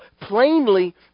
plainly